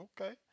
Okay